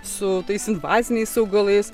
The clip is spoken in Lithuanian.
su tais invaziniais augalais